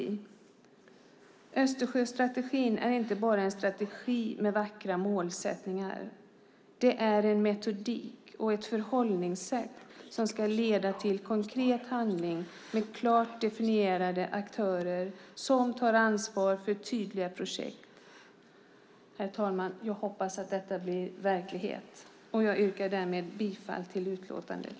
Hon sade: Östersjöstrategin är inte bara en strategi med vackra målsättningar. Det är en metodik och ett förhållningssätt som ska leda till konkret handling med klart definierade aktörer som tar ansvar för tydliga projekt. Herr talman! Jag hoppas att detta blir verklighet. Därmed yrkar jag bifall till utlåtandet.